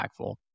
impactful